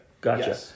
Gotcha